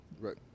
right